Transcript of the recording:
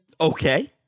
Okay